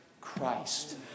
Christ